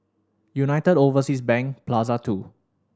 United Overseas Bank Plaza Two